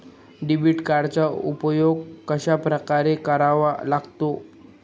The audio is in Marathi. डेबिट कार्डचा उपयोग कशाप्रकारे करावा लागतो?